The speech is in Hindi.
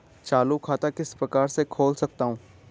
चालू खाता किस प्रकार से खोल सकता हूँ?